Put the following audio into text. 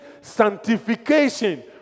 sanctification